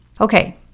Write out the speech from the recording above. okay